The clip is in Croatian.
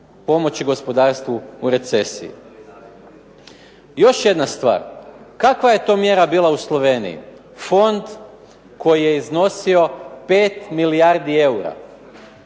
pomoći gospodarstvu u recesiji. Još jedna stvar, kakva je to mjera bila u Sloveniji? Fond koji je iznosio 5 milijardi eura.